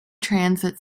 transit